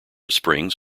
springs